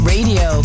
Radio